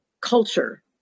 culture